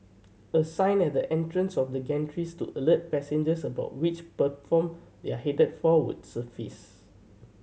a sign at the entrance of the gantries to alert passengers about which they are headed for would suffice